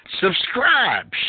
Subscribe